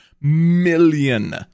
million